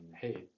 hey